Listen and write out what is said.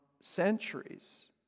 centuries